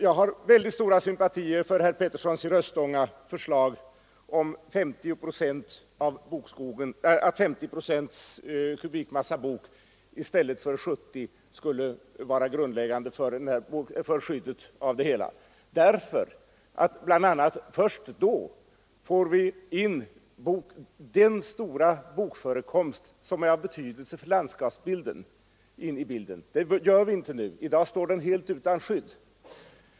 Jag har synnerligen stora sympatier för herr Peterssons i Röstånga förslag om att 50 procent kubikmassa bok i stället för 70 procent skulle vara grundläggande för skyddet av bokskogen. Först då får vi med den stora bokförekomst som är av betydelse för landskapsbilden. Det gör vi inte nu; i dag står den helt utan skydd.